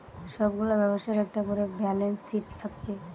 সব গুলা ব্যবসার একটা কোরে ব্যালান্স শিট থাকছে